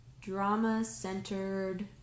drama-centered